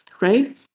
right